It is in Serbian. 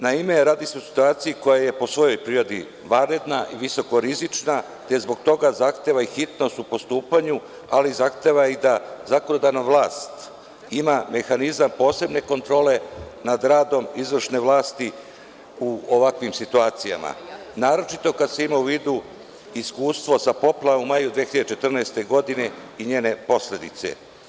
Naime, radi se o situaciji koja je po svojoj prirodi vanredna i visokorizična, te zbog toga zahteva hitnost u postupanju, ali zahteva da i zakonodavna vlast ima mehanizam posebne kontrole nad radom izvršne vlasti u ovakvim situacijima, naročito kada se ima u vidu iskustvo sa poplavama u maju 2014. godine i njene posledice.